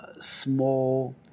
small